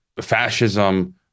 fascism